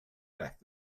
that